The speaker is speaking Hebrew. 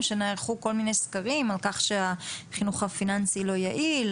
שנערכו כל מיני סקרים על כך שהחינוך הפיננסי לא יעיל.